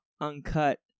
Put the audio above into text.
uncut